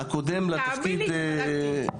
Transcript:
אין, תאמין לי שבדקתי.